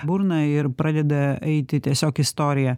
burną ir pradeda eiti tiesiog istorija